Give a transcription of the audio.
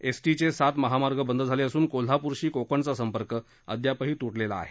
एसटीचे सात महामार्ग बंद झाले असून कोल्हापूरशी कोकणाचा संपर्क अद्यापही तुटलेला आहे